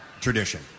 tradition